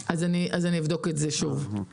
אז אני אבדוק את זה שוב.